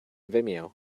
vimeo